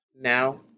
now